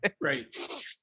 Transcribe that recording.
right